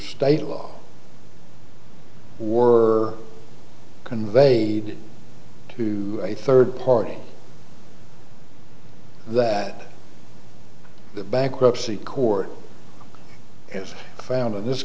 state law or conveyed to a third party that the bankruptcy court has found in this